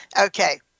Okay